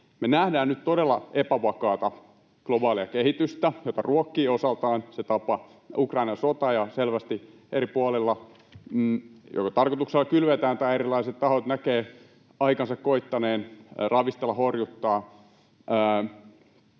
me nähdään nyt todella epävakaata globaalia kehitystä, jota ruokkii osaltaan se tapa, Ukrainan sota, ja selvästi eri puolilla tarkoituksella kylvetään tai erilaiset tahot näkevät aikansa koittaneen ravistella, horjuttaa,